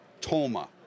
Toma